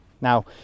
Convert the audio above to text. Now